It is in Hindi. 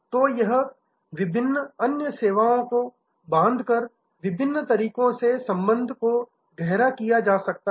तो विभिन्न अन्य सेवाओं को बांधकर विभिन्न तरीकों से संबंध को गहरा किया जा सकता है